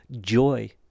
Joy